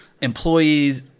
employees